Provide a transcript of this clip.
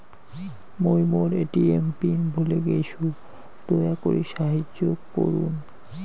মুই মোর ATM PIN ভুলে গেইসু, দয়া করি সাহাইয্য করুন